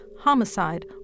homicide